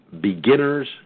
beginners